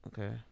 Okay